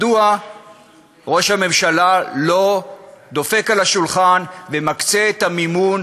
מדוע ראש הממשלה לא דופק על השולחן ומקצה את המימון